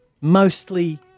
mostly